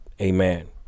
Amen